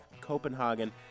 Copenhagen